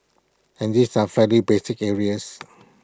and these are fairly basic areas